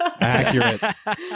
Accurate